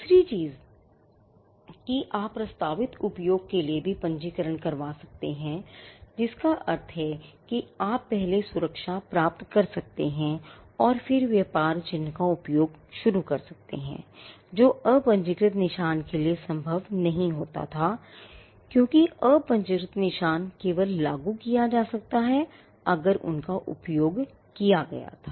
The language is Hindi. दूसरी चीज़ कि आप प्रस्तावित उपयोग के लिए भी पंजीकरण करवा सकते हैं जिसका अर्थ है कि आप पहले सुरक्षा प्राप्त कर सकते हैं और फिर व्यापार चिह्न का उपयोग शुरू कर सकते हैं जो अपंजीकृत निशान के लिए संभव नहीं था क्योंकि अपंजीकृत निशान केवल लागू किया जा सकता है अगर उनका उपयोग किया गया था